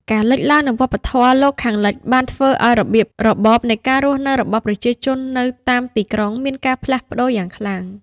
ការលេចឡើងនូវវប្បធម៌លោកខាងលិចបានធ្វើឲ្យរបៀបរបបនៃការរស់នៅរបស់ប្រជាជននៅតាមទីក្រុងមានការផ្លាស់ប្តូរយ៉ាងខ្លាំង។